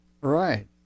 Right